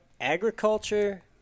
agriculture